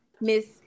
miss